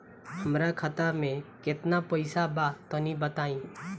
हमरा खाता मे केतना पईसा बा तनि बताईं?